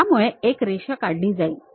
त्यामुळे एक रेषा काढली जाईल